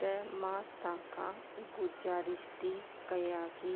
त मां तव्हां खां गुज़ारिश थी कयां कि